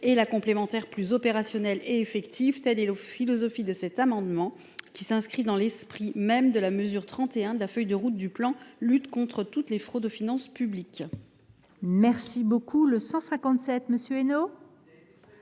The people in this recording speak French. et les complémentaires plus opérationnelle et plus effective. Telle est la philosophie de cet amendement, qui s’inscrit dans l’esprit de la mesure 31 de la feuille de route du plan de lutte contre toutes les fraudes aux finances publiques. La parole est à M. Olivier